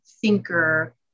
thinker